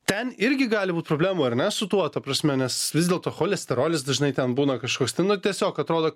ten irgi gali būt problemų ar ne su tuo ta prasme nes vis dėlto cholesterolis dažnai ten būna kažkoks ten nu tiesiog atrodo